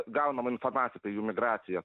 gaunama informacija apie jų migraciją